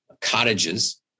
cottages